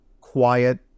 quiet